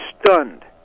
stunned